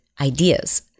ideas